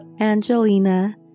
Angelina